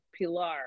Pilar